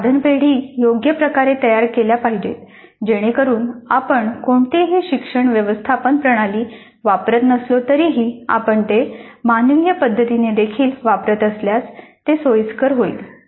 साधन पेढी योग्य प्रकारे तयार केल्या पाहिजेत जेणेकरुन आपण कोणतीही शिक्षण व्यवस्थापन प्रणाली वापरत नसलो तरीही आपण ते मानवीय पद्धतीने देखील वापरत असल्यास ते सोयीस्कर होईल